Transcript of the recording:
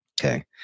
Okay